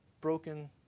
broken